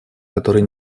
которой